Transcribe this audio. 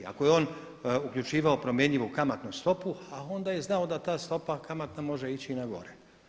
Ako je on uključivao promjenjivu kamatnu stopu, a onda je znao da ta stopa kamatna može ići i na gore.